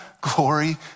glory